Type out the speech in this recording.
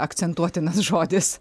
akcentuotinas žodis